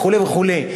וכו' וכו'.